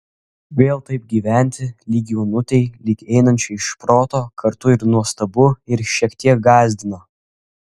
vėl taip gyventi lyg jaunutei lyg einančiai iš proto kartu ir nuostabu ir šiek tiek gąsdina